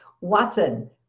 Watson